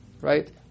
right